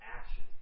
action